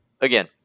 Again